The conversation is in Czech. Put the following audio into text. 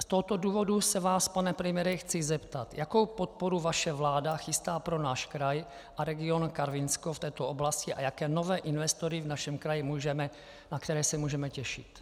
Z tohoto důvodu se vás, pane premiére, chci zeptat: Jakou podporu vaše vláda chystá pro náš kraj a region Karvinsko v této oblasti a na jaké nové investory v našem kraji se můžeme těšit?